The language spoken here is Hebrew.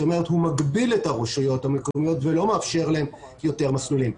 הוא מגביל את הרשויות המקומיות ולא מאפשר להן יותר מסלולים.